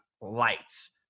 lights